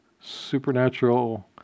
supernatural